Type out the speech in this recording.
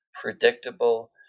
predictable